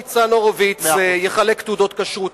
לא ניצן הורוביץ יחלק תעודות כשרות,